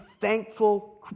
thankful